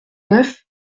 neuf